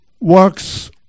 works